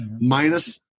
minus